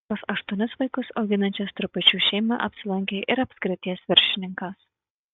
pas aštuonis vaikus auginančią striupaičių šeimą apsilankė ir apskrities viršininkas